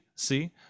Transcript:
See